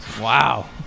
Wow